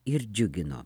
ir džiugino